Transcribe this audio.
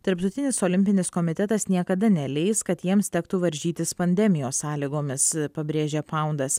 tarptautinis olimpinis komitetas niekada neleis kad jiems tektų varžytis pandemijos sąlygomis pabrėžia paundas